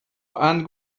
and